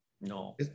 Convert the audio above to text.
No